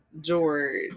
George